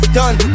done